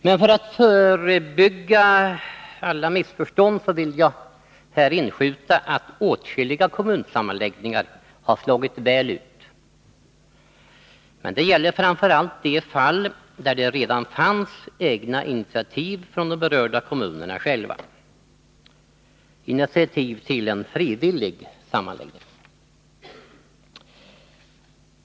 Men för att förebygga alla missförstånd vill jag här inskjuta att åtskilliga kommunsammanläggningar har slagit väl ut. Det gäller framför allt de fall där det redan fanns egna initiativ från de berörda kommunerna själva till frivillig sammanläggning.